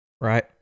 Right